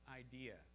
idea